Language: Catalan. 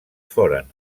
foren